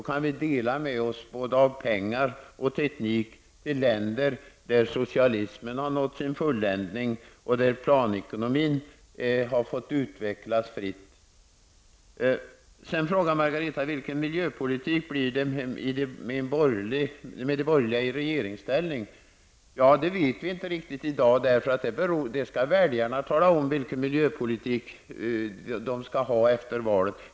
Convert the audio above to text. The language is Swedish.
Då kan vi dela med oss både av pengar och av teknik till länder där socialismen har nått sin fulländning och där planekonomin har fått utvecklas fritt. Margareta Winberg frågade vilken miljöpolitik det blir med de borgerliga i regeringsställning. Det vet vi inte riktigt i dag, eftersom det är väljarna som skall tala om vilken miljöpolitik de vill ha efter valet.